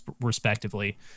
respectively